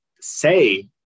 say